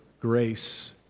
grace